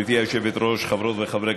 רבותיי,